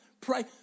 Pray